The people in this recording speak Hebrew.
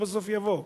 זה בסוף יבוא.